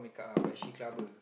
I'm a shit clubber